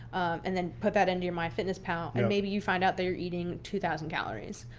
and then put that into your myfitnesspal and maybe you find out that you're eating two thousand calories.